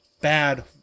bad